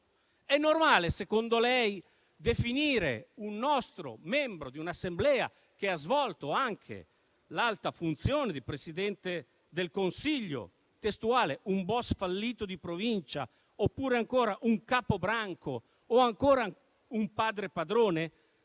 È normale, secondo lei, definire un membro della nostra Assemblea, che ha svolto anche l'alta funzione di Presidente del Consiglio, un boss fallito di Provincia, un capobranco o ancora un padre padrone?